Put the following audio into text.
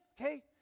okay